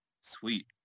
Sweet